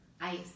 ice